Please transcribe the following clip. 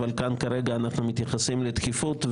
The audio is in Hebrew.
אבל כאן כרגע אנחנו מתייחסים לדחיפות,